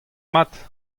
mat